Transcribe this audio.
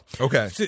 Okay